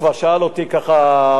וכבר שאל אותי בפרוזדור,